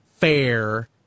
fair